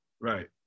Right